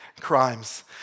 Crimes